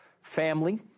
Family